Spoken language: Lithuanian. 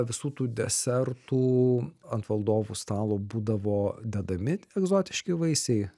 visų tų desertų ant valdovų stalo būdavo dedami egzotiški vaisiai